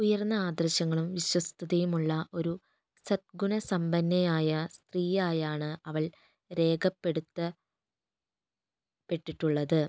ഉയർന്ന ആദർശങ്ങളും വിശ്വസ്തതയും ഉള്ള ഒരു സദ്ഗുണ സമ്പന്നയായ സ്ത്രീയായാണ് അവൾ രേഖപ്പെടുത്തപ്പെട്ടിട്ടുള്ളത്